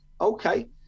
okay